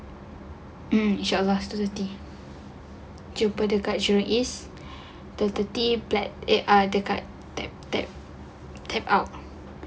inshaallah two thirty jumpa dekat jurong east two thirty flat eh ah dekat type type type R